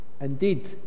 Indeed